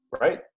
right